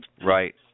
Right